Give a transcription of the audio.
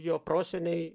jo proseniai